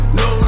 no